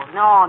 no